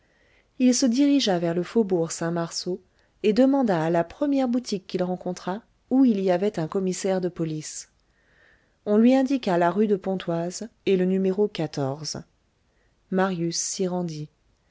il se dirigea vers le faubourg saint-marceau et demanda à la première boutique qu'il rencontra où il y avait un commissaire de police on lui indiqua la rue de pontoise et le numéro marius s'y rendit